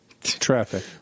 Traffic